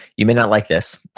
you may not like this,